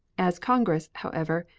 as congress, however,